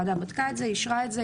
הוועדה בדקה את זה, אישרה את זה.